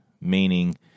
meaning